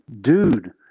dude